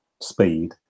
speed